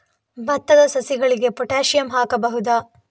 ಭತ್ತದ ಸಸಿಗಳಿಗೆ ಪೊಟ್ಯಾಸಿಯಂ ಹಾಕಬಹುದಾ?